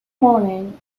morning